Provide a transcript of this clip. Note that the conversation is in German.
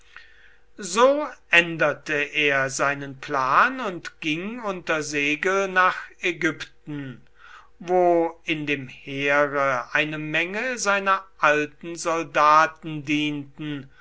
so änderte er seinen plan und ging unter segel nach ägypten wo in dem heere eine menge seiner alten soldaten dienten